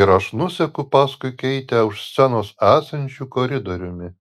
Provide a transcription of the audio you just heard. ir aš nuseku paskui keitę už scenos esančiu koridoriumi